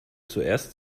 zuerst